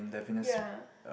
ya